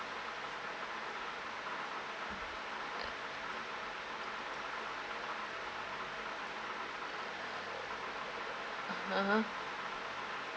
(uh huh)